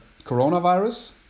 coronavirus